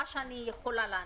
מה שאני יכולה לענות.